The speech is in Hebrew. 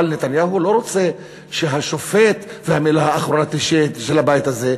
אבל נתניהו לא רוצה שהשופט והמילה האחרונה תהיה של הבית הזה,